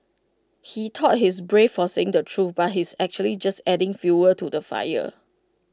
he thought he's brave for saying the truth but he's actually just adding fuel to the fire